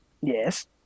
Yes